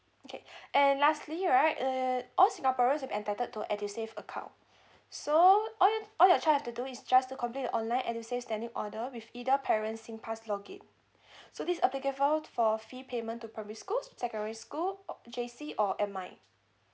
okay and lastly right uh all singaporeans will be entitled to edusave account so all you all your child have to do is just to complete the online edusave standing order with either parent singpass login so this applicable for fee payment to primary school secondary school or J_C or